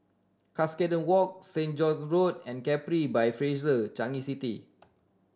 Cuscaden Walk Saint George Road and Capri by Fraser Changi City